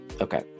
Okay